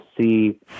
see